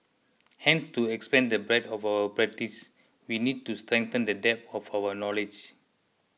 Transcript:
hence to expand the breadth of our practice we need to strengthen the depth of our knowledge